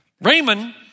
Raymond